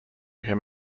him